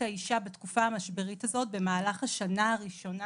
האישה בתקופת המשבר הזאת במהלך התקופה הראשונה